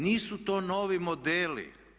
Nisu to novi modeli.